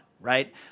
right